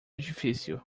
difícil